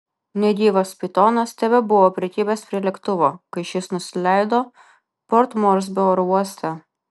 negyvas pitonas tebebuvo prikibęs prie lėktuvo kai šis nusileido port morsbio oro uoste